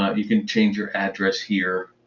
um you can change your address here.